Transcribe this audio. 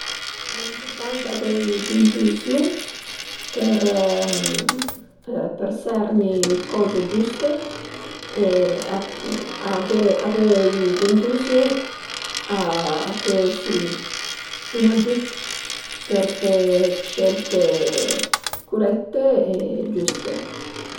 Al e impurtant avei d'intuisiun për për serni coze giüste e aghé, avei d'intuisiun a pö esi ün agiüt për fe d'scelte curette e giüste